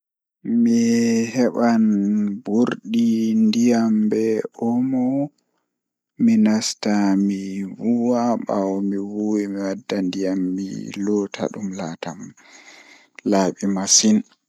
Mi heban ndiyam burdi be omo mi nasta mi vuuwa bawo vuuwi mi wadda ndiyam mi loota dum laata laabi masin.